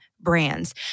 brands